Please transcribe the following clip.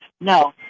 No